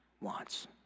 Wants